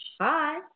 Hi